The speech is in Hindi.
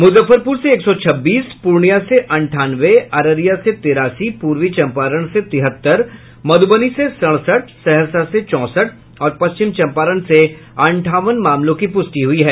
मुजफ्फरपुर से एक सौ छब्बीस पूर्णियां से अंठानवे अररिया से तेरासी पूर्वी चम्पारण से तिहत्तर मधुबनी से सड़सठ सहरसा से चौंसठ और पश्चिम चम्पारण से अंठावन मामलों की पुष्टि हुई है